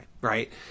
right